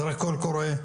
צריך קול קורא,